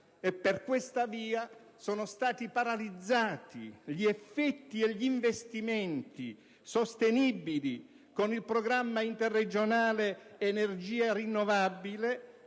Per questa via sono stati paralizzati gli effetti e gli investimenti sostenibili con il programma interregionale "Energia rinnovabile",